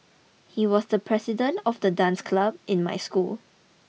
he was the president of the dance club in my school